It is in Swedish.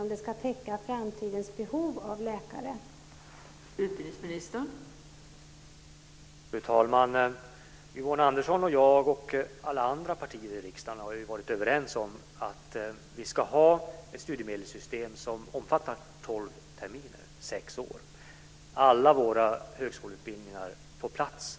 Det kommer att behövas om framtidens behov av läkare ska täckas.